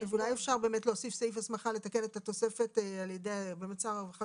אז אולי אפשר באמת להוסיף סעיף הסמכה לתקן את התוספת על ידי שר הרווחה,